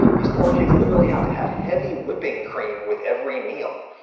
these poor kids literally have to have heavy whipping cream with every meal.